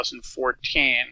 2014